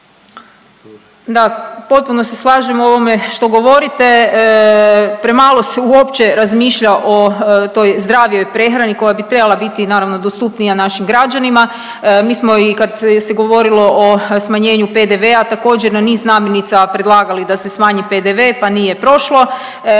Da, potpuno se slažem u ovome što govorite, premalo se uopće razmišlja o toj zdravijoj prehrani koja bi trebala biti naravno dostupnija našim građanima. Mi smo i kad se govorilo o smanjenju PDV-a također na niz namirnica predlagali da se smanji PDV pa nije prošlo,